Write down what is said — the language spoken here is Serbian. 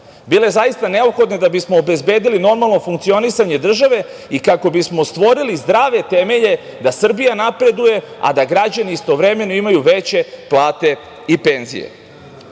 bile zaista neophodne da bismo obezbedili normalno funkcionisanje države i kako bismo stvorili zdrave temelje da Srbija napreduje, a da građani istovremeno imaju veće plate i penzije. Godine